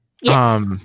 Yes